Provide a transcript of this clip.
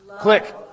Click